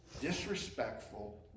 Disrespectful